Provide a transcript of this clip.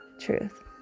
truth